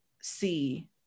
see